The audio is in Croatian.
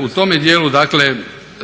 U tome dijelu dakle